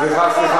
סליחה,